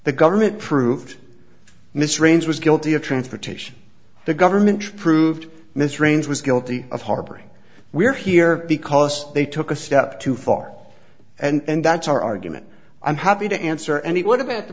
the government proved miss raines was guilty of transportation the government proved miss raines was guilty of harboring we're here because they took a step too far and that's our argument i'm happy to answer any what about the